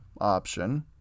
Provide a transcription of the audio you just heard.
option